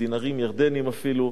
בדינרים ירדניים אפילו.